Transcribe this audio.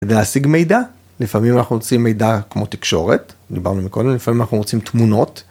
כדי להשיג מידע לפעמים אנחנו רוצים מידע כמו תקשורת דיברנו מקודם לפעמים אנחנו רוצים תמונות